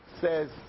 says